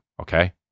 Okay